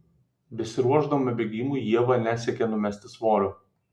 besiruošdama bėgimui ieva nesiekia numesti svorio